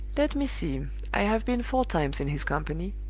let me see i have been four times in his company.